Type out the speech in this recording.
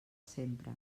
sempre